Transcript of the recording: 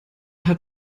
hat